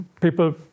people